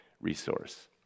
resource